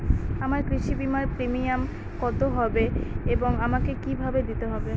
আমার কৃষি বিমার প্রিমিয়াম কত হবে এবং আমাকে কি ভাবে দিতে হবে?